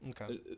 Okay